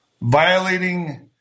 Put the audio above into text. violating